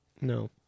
No